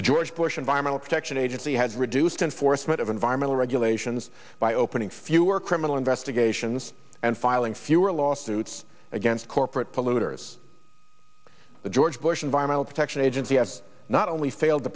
the george bush environmental protection agency has reduced enforcement of environmental regulations by opening fewer criminal investigations and filing fewer lawsuits against corporate polluters the george bush environmental protection agency has not only failed to